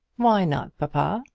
why not, papa?